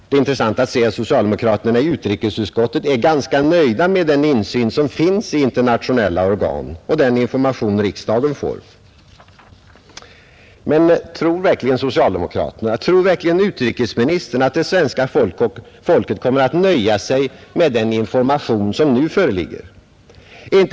Det är intressant att se att socialdemokraterna i utrikesutskottet är ganska nöjda med den insyn som finns i internationella organ och den information riksdagen får. Men tror verkligen socialdemokraterna, tror verkligen utrikesministern att svenska folket kommer att nöja sig med den information som nu föreligger?